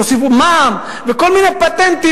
תוסיפו מע"מ וכל מיני פטנטים,